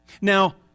Now